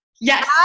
yes